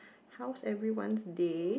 how's everyone's day